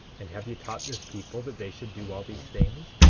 and have ye taught this people that they should do all these things?